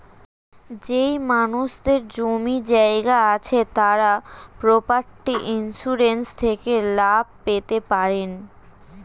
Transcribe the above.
যেই মানুষদের জমি জায়গা আছে তারা প্রপার্টি ইন্সুরেন্স থেকে লাভ পেতে পারেন